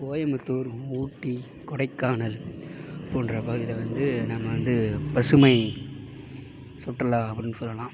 கோயம்புத்தூர் ஊட்டி கொடைக்கானல் போன்ற பகுதிகளை வந்து நாம் வந்து பசுமை சுற்றுலா அப்படின்னு சொல்லலாம்